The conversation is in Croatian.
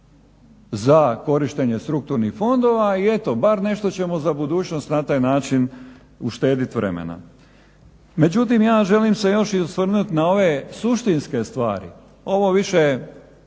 za korištenje strukturnih fondova. I eto, bar nešto ćemo za budućnost na taj način uštedit vremena. Međutim, ja želim se još i osvrnut na ove suštinske stvari, ovo više